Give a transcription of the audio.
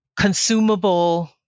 consumable